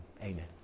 amen